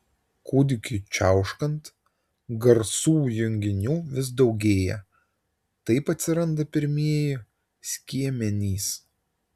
kūdikiui čiauškant garsų junginių vis daugėja taip atsiranda pirmieji skiemenys